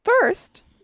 first